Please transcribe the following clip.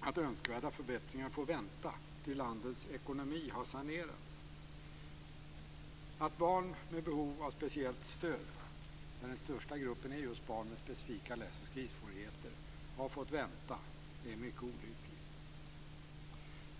att önskvärda förbättringar får vänta tills landets ekonomi har sanerats. Att barn med behov av speciellt stöd, där den största gruppen är just barn med specifika läsoch skrivsvårigheter, har fått vänta är mycket olyckligt.